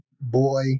boy